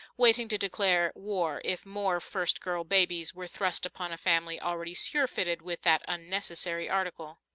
waiting to declare war if more first girl babies were thrust upon a family already surfeited with that unnecessary article.